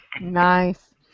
Nice